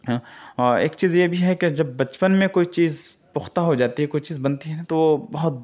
اور ایک چیز یہ بھی ہے کہ جب بچپن میں کوئی چیز پختہ ہو جاتی ہے کوئی چیز بنتی ہے تو بہت